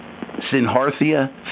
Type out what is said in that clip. Sinharthia